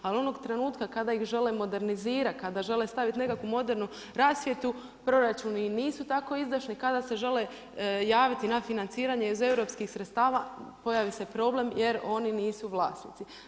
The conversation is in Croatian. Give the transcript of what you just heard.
Ali onog trenutka kada ih žele modernizirat, kada žele staviti nekakvu modernu rasvjetu proračuni i nisu tako izdašni, kada se žele javiti na financiranje iz europskih sredstava, pojavi se problem jer oni nisu vlasnici.